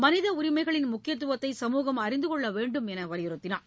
மனித உரிமைகளின் முக்கியத்துவத்தை சமூகம் அறிந்து கொள்ள வேண்டும் என்றும் வலியுறுத்தினார்